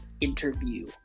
interview